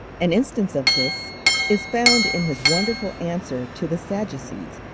an instance of this is found in his wonderful answer to the sadducees,